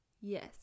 Yes